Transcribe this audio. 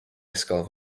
ysgol